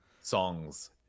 songs